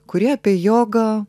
kurie apie jogą